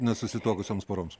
nesusituokusioms poroms